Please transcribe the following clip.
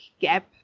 gap